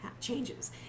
changes